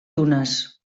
dunes